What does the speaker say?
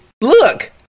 look